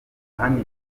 ahanini